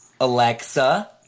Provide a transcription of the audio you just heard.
Alexa